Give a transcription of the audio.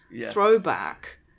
throwback